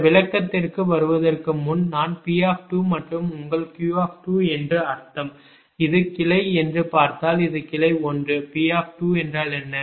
இந்த விளக்கத்திற்கு வருவதற்கு முன் நான் P மற்றும் உங்கள் Q என்று அர்த்தம் இது கிளை என்று பார்த்தால் இது கிளை 1 P என்றால் என்ன